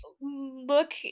look